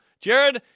Jared